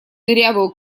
дырявую